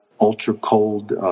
ultra-cold